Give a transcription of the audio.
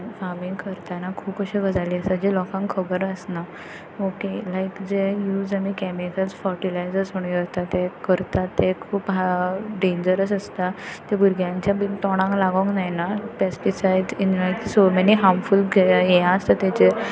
farming करताना खूब अशे गजाली आसा जे लोकांक खबर आसना ओके लायक जे यूज आमी कॅमिकल्स फटिलायजर्स म्हुणू यो करता ते करता ते खूब हा डेंजरस आसता ते भुरग्यांच्या बीन तोंडांत लागूंक जायना pesticides in my so many harmful हें आसता ताजे